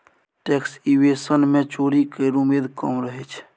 tax evasion मे चोरी केर उमेद कम रहय छै